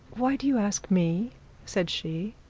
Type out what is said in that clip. why do you ask me said she.